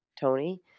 Tony